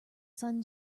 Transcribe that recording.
sun